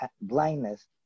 blindness